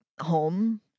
home